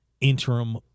Interim